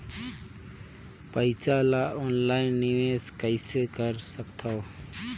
पईसा ल ऑनलाइन निवेश कइसे कर सकथव?